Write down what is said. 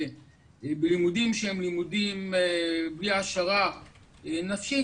ובלימודים שהם לימודים בלי העשרה נפשית,